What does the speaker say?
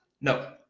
no